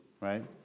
right